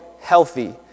healthy